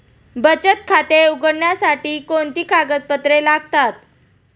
बचत खाते उघडण्यासाठी कोणती कागदपत्रे लागतात?